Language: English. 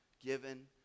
given